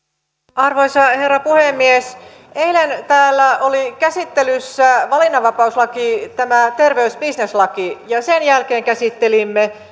arvoisa herra puhemies eilen täällä oli käsittelyssä valinnanvapauslaki tämä terveysbisneslaki ja sen jälkeen käsittelimme